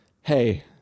hey